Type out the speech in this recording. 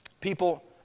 people